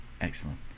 Excellent